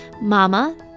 Mama